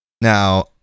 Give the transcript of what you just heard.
Now